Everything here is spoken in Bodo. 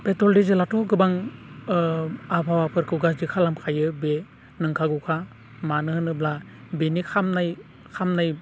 पेट्रल दिजेलाथ' गोबां आबहावाफोरखौ गाज्रि खालामखायो बे नोंखागौखा मानो होनोब्ला बेनि खामनाय